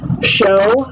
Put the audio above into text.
show